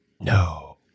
No